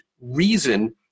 reason